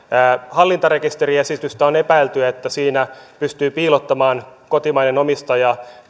hallintarekisteriesitystä on epäilty siitä että siinä pystyy piilottamaan kotimaisen omistajan